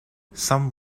some